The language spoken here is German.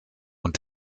und